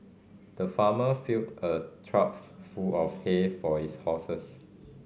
the farmer filled a trough full of hay for his horses